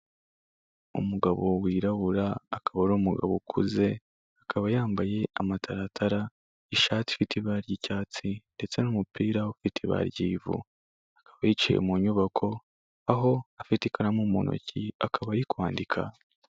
Umugabo wirabura akaba ari umugabo ukuze akaba yambaye amataratara ishati ifite ibara ry'icyatsi ndetse n'umupira ufite iba ry'ivu, akaba yicaye mu nyubako aho afite ikaramu mu ntoki akaba ari kwandika.